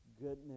goodness